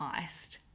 heist